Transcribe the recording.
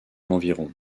environ